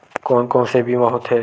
कोन कोन से बीमा होथे?